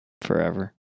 Forever